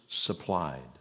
supplied